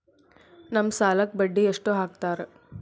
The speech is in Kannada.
ನಮ್ ಸಾಲಕ್ ಬಡ್ಡಿ ಎಷ್ಟು ಹಾಕ್ತಾರ?